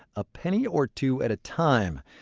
a penny or two at a time.